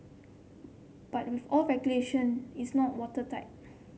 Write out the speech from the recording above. but with all regulation it's not watertight